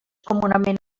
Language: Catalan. comunament